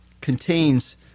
contains